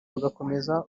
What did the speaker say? bagakomeza